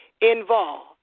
involved